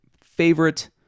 favorite